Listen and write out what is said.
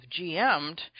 GM'd